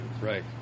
Right